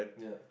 yeah